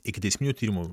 ikiteisminių tyrimų